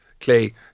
Clay